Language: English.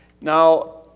Now